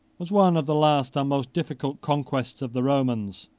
was one of the last and most difficult conquests of the romans.